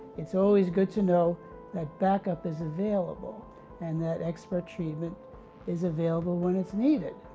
it's always good to know that backup is available and that expert treatment is available when it's needed.